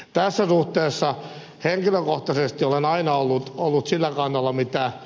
tässä suhteessa henkilökohtaisesti olen aina ollut sillä kannalla mitä ed